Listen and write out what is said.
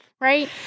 right